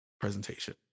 presentation